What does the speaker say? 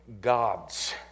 gods